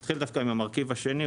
אתחיל דווקא מהמרכיב השני.